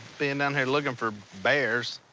been down here looking for bears.